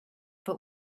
but